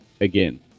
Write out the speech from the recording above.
again